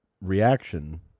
reaction